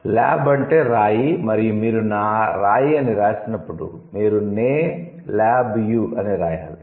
'lab' అంటే రాయి మరియు మీరు 'నా రాయి' అని వ్రాసేటప్పుడు మీరు 'నే ల్యాబ్ - యు'ne - lab u అని వ్రాయాలి